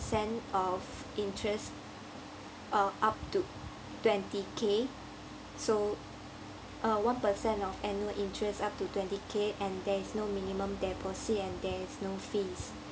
of interest uh up to twenty K so uh one percent of annual interest up to twenty K and there is no minimum deposit and there is no fees